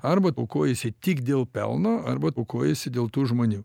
arba aukojiesi tik dėl pelno arba aukojiesi dėl tų žmonių